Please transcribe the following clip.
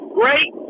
great